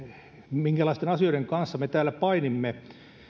minkälaisten asioiden kanssa me täällä painimme